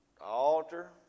Altar